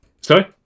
Sorry